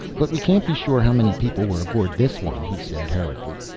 but we can't be sure how many people were aboard this one, he said hurriedly.